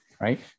right